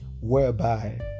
whereby